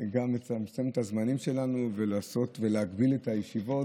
גם לצמצם את הזמנים שלנו ולהגביל את הישיבות,